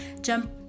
jump